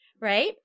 Right